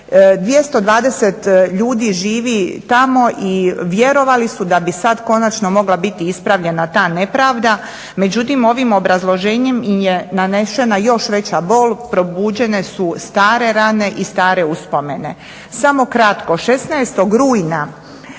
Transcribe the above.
220 ljudi živi tamo i vjerovali su da bi sad konačno mogla biti ispravljena ta nepravda, međutim ovim obrazloženjem im je nanešena još veća bol, probuđene su stare rane i stare uspomene. Samo kratko, 16. rujna